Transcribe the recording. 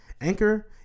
anchor